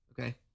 Okay